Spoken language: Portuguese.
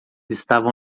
estavam